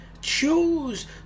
choose